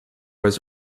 was